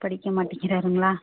படிக்க மாட்டேங்கிறாருங்களா